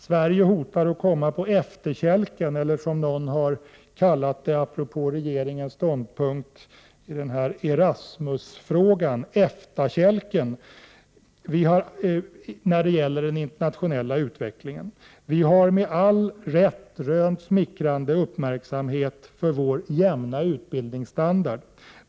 Sverige riskerar att komma på efterkälken eller — som någon har uttryckt det apropå regeringens ståndpunkt i Erasmusfrågan — på EFTA-kälken. Vi har med all rätt rönt smickrande uppmärksamhet för vår jämna utbildningsstandard.